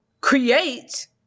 create